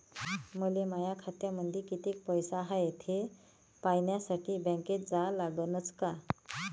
मले माया खात्यामंदी कितीक पैसा हाय थे पायन्यासाठी बँकेत जा लागनच का?